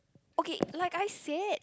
okay like I said